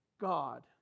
God